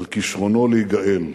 על כשרונו להיגאל.